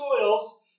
soils